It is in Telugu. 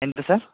ఎంత సార్